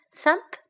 thump